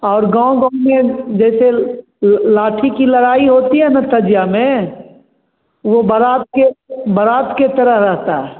और गाँव गाँव में जैसे लाठी की लड़ाई होती है ना तजिया में वह बारात के बारात के तरह रहता है